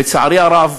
לצערי הרב,